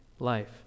life